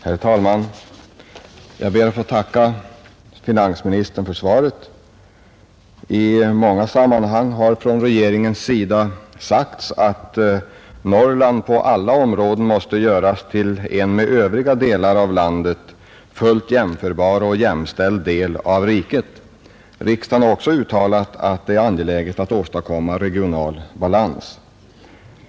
Herr talman! Jag ber att få tacka finansministern för svaret. I många sammanhang har från regeringens sida sagts att Norrland på alla områden måste göras till en med det övriga landet fullt jämförbar och jämställd del av riket. Riksdagen har också uttalat att det är angeläget att åstadkomma regional balans.